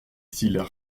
cils